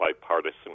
bipartisan